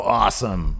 awesome